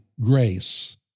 grace